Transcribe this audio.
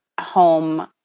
home